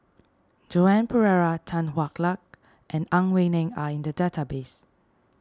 Joan Pereira Tan Hwa Luck and Ang Wei Neng are in the database